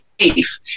safe